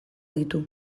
ditu